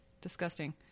Disgusting